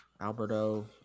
Alberto